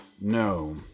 No